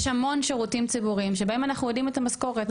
יש המון שירותים ציבוריים שבהם אנחנו יודעים את המשכורת,